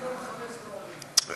אני לא מחפש תארים,